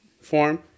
form